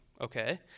okay